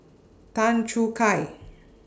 Tan Choo Kai